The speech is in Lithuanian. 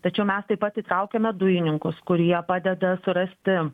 tačiau mes taip pat įtraukiame dujininkus kurie padeda surasti